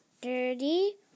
Dirty